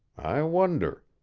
i wonder